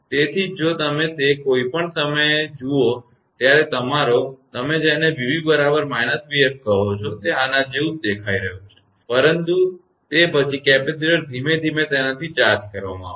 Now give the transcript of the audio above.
તેથી જો તમે તે કોઇપણ સમયે જુઓ જ્યારે તમારો તમે જેને 𝑣𝑏 બરાબર −𝑣𝑓 કહો છો તે આના જેવું જ દેખાઈ રહ્યું છે અને પરંતુ તે પછી કેપેસિટર ધીમે ધીમે તેનાથી ચાર્જ કરવામાં આવશે